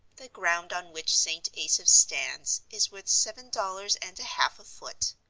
the ground on which st. asaph's stands is worth seven dollars and a half a foot.